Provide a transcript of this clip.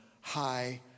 high